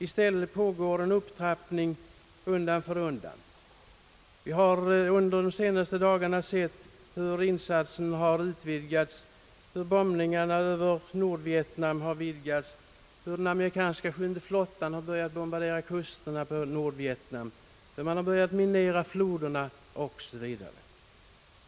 I stället pågår en upptrappning undan för undan. Vi har under senaste tiden sett hur den militära insatsen utvidgats, hur bombningarna över Nordvietnam utvidgats, hur den amerikanska sjunde flottan börjat bombardera kusten av Nordvietnam, hur man har börjat minera floderna o. s. v.